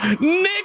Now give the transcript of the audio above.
Nick